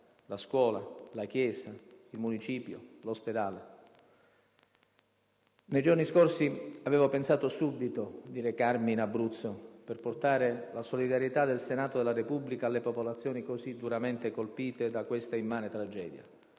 la scuola, la chiesa, il municipio, l'ospedale. Nei giorni scorsi avevo pensato subito di recarmi in Abruzzo, per portare la solidarietà del Senato della Repubblica alle popolazioni così duramente colpite da questa immane tragedia,